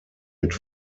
mit